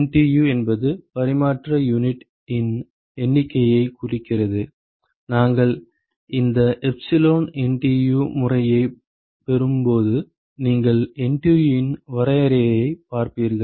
NTU என்பது பரிமாற்ற unit இன் எண்ணிக்கையைக் குறிக்கிறது நாங்கள் இந்த எப்சிலான் என்டியு முறையைப் பெறும்போது நீங்கள் NTU இன் வரையறையைப் பார்ப்பீர்கள்